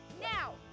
now